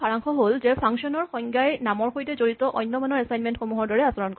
সাৰাংশ হ'ল যে ফাংচনৰ সংজ্ঞাই নামৰ সৈতে জড়িত অন্য মানৰ এচাইনমেন্টসমূহৰ দৰে আচৰণ কৰে